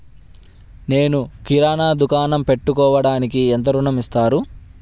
నేను కిరాణా దుకాణం పెట్టుకోడానికి ఎంత ఋణం ఇస్తారు?